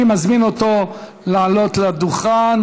אני מזמין אותו לעלות לדוכן.